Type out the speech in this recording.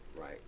right